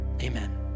amen